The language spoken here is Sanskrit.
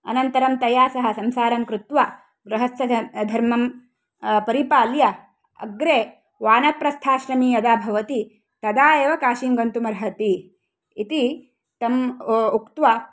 अनन्तरं तया सह संसारं कृत्वा गृहस्थधर्मं परिपाल्य अग्रे वानप्रस्थाश्रमे यदा भवति तदा एव काशीं गन्तुम् अर्हति इति तं उक्त्वा